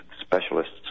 specialists